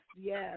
yes